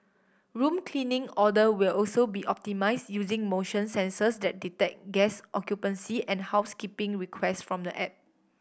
room cleaning order will also be optimised using motion sensors that detect guest occupancy and housekeeping request from the app